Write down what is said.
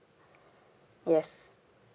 yes